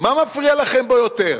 מה מפריע לכם בו יותר,